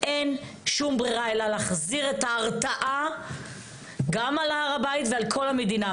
אין שום ברירה אלא להחזיר את ההרתעה על הר הבית ועל כל המדינה.